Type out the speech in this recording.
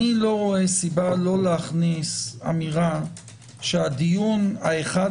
אני לא רואה סיבה לא להכניס אמירה שהדיון האחד